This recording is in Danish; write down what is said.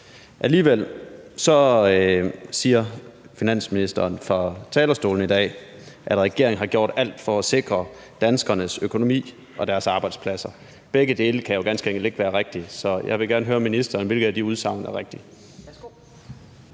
Alligevel siger finansministeren fra talerstolen i dag, at regeringen har gjort alt for at sikre danskernes økonomi og deres arbejdspladser. Begge dele kan jo ganske enkelt ikke være rigtigt. Så jeg vil gerne høre ministeren, hvilket af de udsagn der er rigtigt.